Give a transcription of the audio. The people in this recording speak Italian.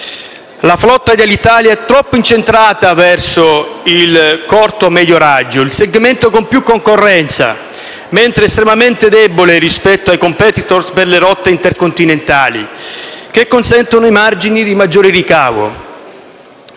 La flotta dell'Alitalia è troppo incentrata verso il corto-medio raggio, il segmento con più concorrenza, mentre è estremamente debole rispetto ai *competitors* per le rotte intercontinentali, che consentono i margini di maggiore ricavo.